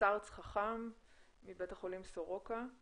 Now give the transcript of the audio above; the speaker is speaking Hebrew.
סטרץ חכם מבית החולים סורוקה.